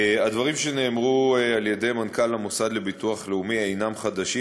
הדברים שנאמרו על-ידי מנכ"ל המוסד לביטוח לאומי אינם חדשים,